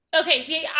Okay